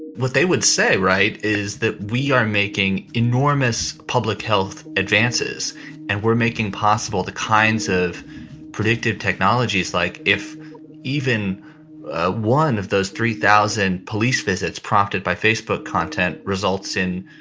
what they would say, right, is that we are making enormous public health advances and we're making possible the kinds of predictive technologies like if even one of those three thousand police visits prompted by facebook content results in